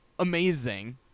Amazing